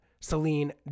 Celine